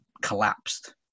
collapsed